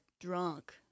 drunk